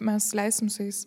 mes leisim su jais